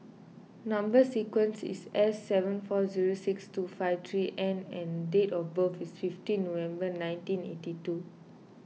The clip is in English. Number Sequence is S seven four zero six two five three N and date of birth is fifteen November nineteen eighty two